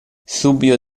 subito